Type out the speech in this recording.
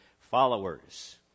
followers